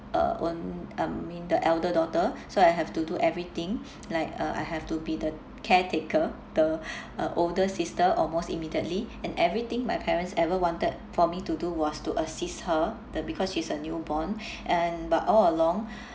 uh own I mean the elder daughter so I have to do everything like uh I have to be the caretaker the uh older sister almost immediately and everything my parents ever wanted for me to do was to assist her the because she's a newborn and but all along